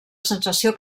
sensació